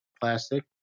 plastic